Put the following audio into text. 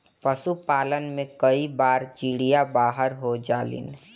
पशुपालन में कई बार चिड़िया बाहर हो जालिन